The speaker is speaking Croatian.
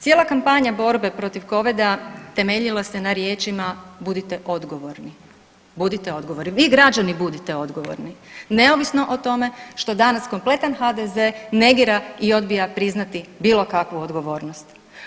Cijela kampanja borbe protiv covida temeljila se na riječima budite odgovorni, budite odgovorni, vi građani budite odgovorni neovisno o tome što danas kompletan HDZ negira i odbija priznati bilo kakvu odgovornost.